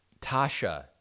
Tasha